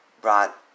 brought